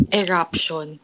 eruption